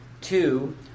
Two